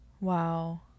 Wow